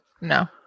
no